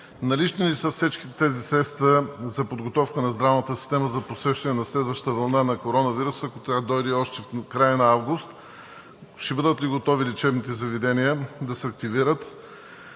налични ли са всичките тези средства за подготовка на здравната система за посрещане на следваща вълна на коронавируса, ако тя дойде още в края на август, ще бъдат ли готови лечебните заведения да се активират